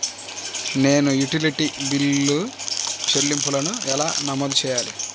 నేను utility bill చెల్లింపులను ఎలా నమోదు చేయాలి?